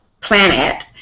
planet